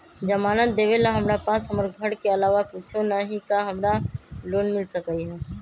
जमानत देवेला हमरा पास हमर घर के अलावा कुछो न ही का हमरा लोन मिल सकई ह?